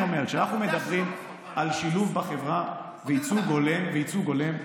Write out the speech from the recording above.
כשאנחנו מדברים על שילוב בחברה וייצוג הולם,